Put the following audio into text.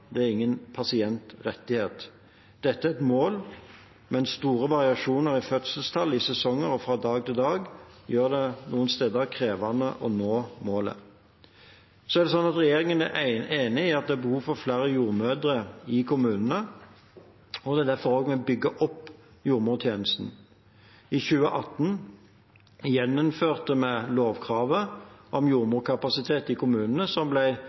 det er ingen pasientrettighet. Dette er et mål, men store variasjoner i fødselstall i sesonger og fra dag til dag gjør det noen steder krevende å nå målet. Regjeringen er enig i at det er behov for flere jordmødre i kommunene, og det er også derfor vi bygger opp jordmortjenesten. I 2018 gjeninnførte vi lovkravet om jordmorkapasitet i kommunene, som ble